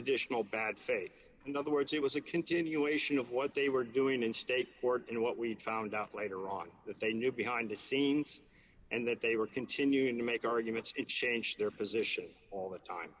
additional bad faith in other words it was a continuation of what they were doing in state court and what we found out later on that they knew behind the scenes and that they were continuing to make arguments that changed their position all the time